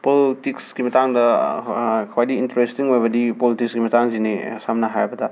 ꯄꯣꯜꯇꯤꯛꯁꯀꯤ ꯃꯇꯥꯡꯗ ꯈ꯭ꯋꯥꯏꯗꯒꯤ ꯏꯟꯇꯔꯦꯁꯇꯤꯡ ꯑꯣꯏꯕꯗꯤ ꯄꯣꯜꯇꯤꯛꯁꯀꯤ ꯃꯇꯥꯡꯁꯤꯅꯤ ꯁꯝꯅ ꯍꯥꯏꯔꯕꯗ